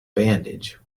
bandage